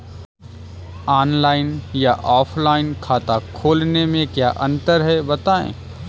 Online या offline खाता खोलने में क्या अंतर है बताएँ?